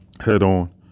head-on